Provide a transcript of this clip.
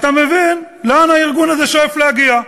ואתה מבין לאן הארגון הזה שואף להגיע.